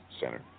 Center